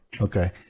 Okay